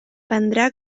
prendrà